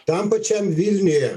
tam pačiam vilniuje